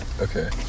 Okay